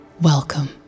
Welcome